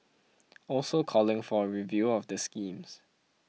also calling for a review of the schemes